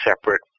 separate